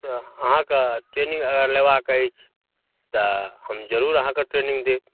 अहाँकेँ ट्रैनिङ्ग लेबाक अछि तऽ हम जरूर अहाँकेँ ट्रेनिङ्ग देब